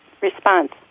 response